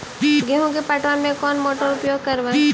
गेंहू के पटवन में कौन मोटर उपयोग करवय?